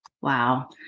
Wow